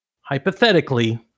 hypothetically